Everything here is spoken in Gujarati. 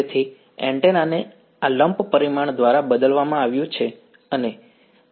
તેથી એન્ટેના ને આ લમ્પ પરિમાણ દ્વારા બદલવામાં આવ્યું છે અને તેથી આ એકસાથે Za છે